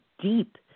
deep